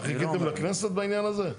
מה, חיכיתם לכנסת בעניין הזה?